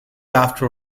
after